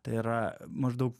tai yra maždaug